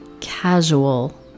Casual